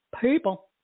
people